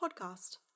podcast